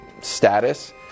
status